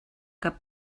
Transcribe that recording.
cap